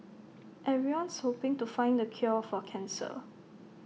everyone's hoping to find the cure for cancer